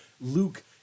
Luke